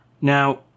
Now